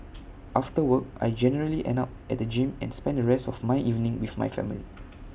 after work I generally end up at the gym and spend the rest of my evening with my family